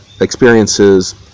experiences